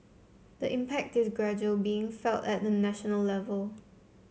the impact is gradually being felt at the national level